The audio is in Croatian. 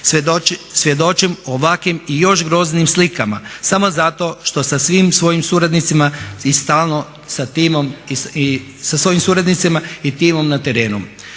svjedočim o ovakvim i još groznijim slikama samo zato što sa svim svojim suradnicima i sa timom na terenu.